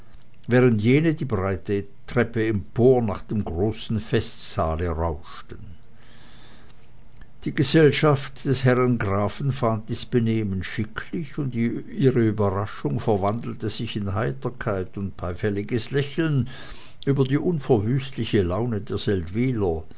während jene die breite treppe empor nach dem großen festsaale rauschten die gesellschaft des herren grafen fand dies benehmen schicklich und ihre überraschung verwandelte sich in heiterkeit und beifälliges lächeln über die unverwüstliche laune der